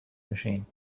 machine